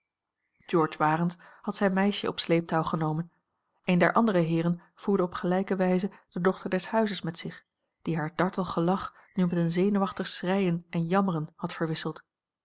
george warens had zijn meisje op sleeptouw genomen een der andere heeren voerde op gelijke wijze de dochter des huizes met zich die haar dartel gelach nu met een zenuwachtig schreien en jammeren had verwisseld